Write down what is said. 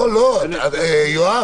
לא, יואב.